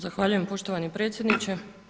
Zahvaljujem poštovani predsjedniče.